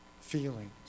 feelings